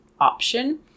option